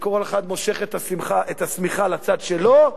שכל אחד מושך את השמיכה לצד שלו,